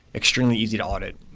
extremely easy to audit,